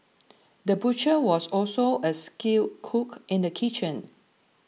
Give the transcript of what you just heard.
the butcher was also a skilled cook in the kitchen